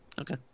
Okay